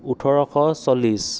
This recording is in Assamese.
ওঠৰশ চল্লিছ